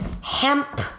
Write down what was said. Hemp